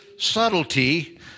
subtlety